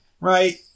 right